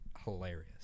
Hilarious